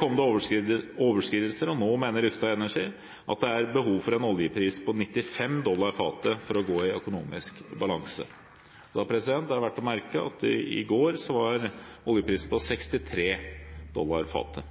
kom det overskridelser. Nå mener Rystad Energy at det er behov for en oljepris på 95 dollar fatet for å gå i økonomisk balanse. Det er verdt å merke seg at i går var oljeprisen på 63 dollar fatet.